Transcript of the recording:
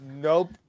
Nope